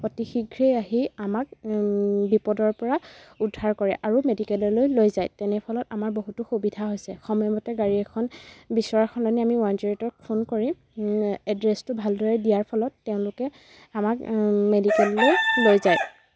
অতি শীঘ্ৰেই আহি আমাক বিপদৰ পৰা উদ্ধাৰ কৰে আৰু মেডিকেললৈ লৈ যায় তেনে ফলত আমাৰ বহুতো সুবিধা হৈছে সময়মতে গাড়ী এখন বিচৰাৰ সলনি আমি ওৱান জিৰ' এইটক ফোন কৰি এড্ৰেছটো ভালদৰে দিয়াৰ ফলত তেওঁলোকে আমাক মেডিকেললৈ লৈ যায়